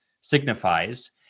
signifies